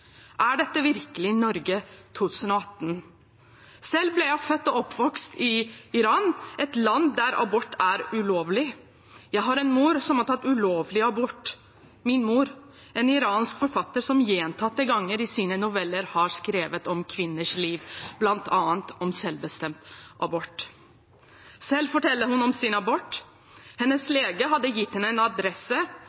Er dette virkelig Norge 2018? Selv er jeg født og oppvokst i Iran, et land der abort er ulovlig. Jeg har en mor som har tatt ulovlig abort – min mor, en iransk forfatter, som gjentatte ganger i sine noveller har skrevet om kvinners liv, bl.a. om selvbestemt abort. Hun forteller selv om sin abort. Hennes